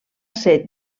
ser